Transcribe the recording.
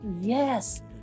Yes